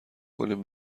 کنیم